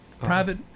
private